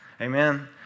Amen